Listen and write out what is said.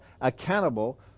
accountable